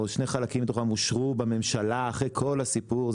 או שני חלקים מתוכם אושרו בממשלה אחרי כל הסיפור.